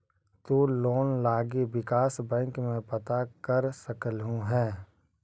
तु लोन लागी विकास बैंक में पता कर सकलहुं हे